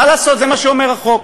מה לעשות, זה מה שאומר החוק.